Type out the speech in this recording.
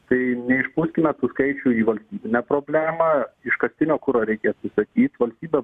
tai neišpūskime tų skaičių į valstybinę problemą iškastinio kuro reikia atsisakyt valstybė